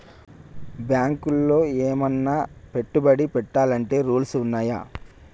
బ్యాంకులో ఏమన్నా పెట్టుబడి పెట్టాలంటే రూల్స్ ఉన్నయా?